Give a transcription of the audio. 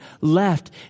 left